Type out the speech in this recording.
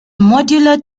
modular